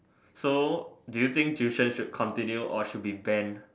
so do you think tuition should continue or should be banned